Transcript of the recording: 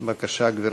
4 מיכל